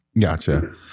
Gotcha